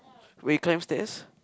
when you climb stairs